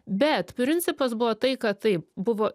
bet principas buvo tai kad taip buvo